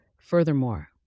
Furthermore